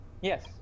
yes